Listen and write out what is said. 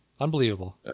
Unbelievable